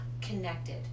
connected